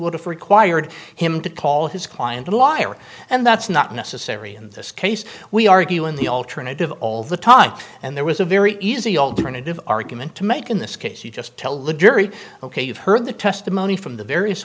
would have required him to call his client a liar and that's not necessary in this case we argue in the alternative all the time and there was a very easy alternative argument to make in this case you just tell the jury ok you've heard the testimony from the various